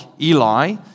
Eli